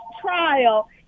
trial